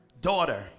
Daughter